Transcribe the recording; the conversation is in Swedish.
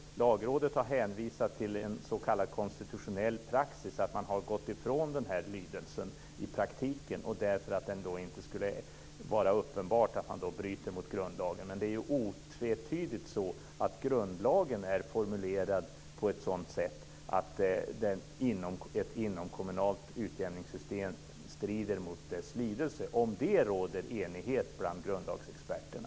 Men Lagrådet har hänvisat till en s.k. konstitutionell praxis - dvs. att man i praktiken har gått ifrån denna lydelse därför att det är uppenbart att man inte bryter mot grundlagen. Men det är otvetydigt så att grundlagen är formulerad på ett sådant sätt att ett inomkommunalt utjämningssystem strider mot grundlagens lydelse. Om detta råder det enighet bland grundlagsexperterna.